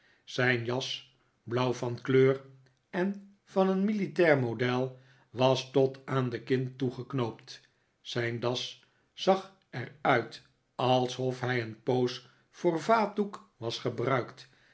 zijn jas blauw van kleur en van een militair model was tot aan de kin toegeknoopt zijn das zag er uit alsof zij een poos voor vaatdoek was gebruikt